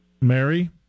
Mary